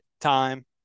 time